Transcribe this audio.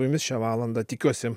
jumis šią valandą tikiuosi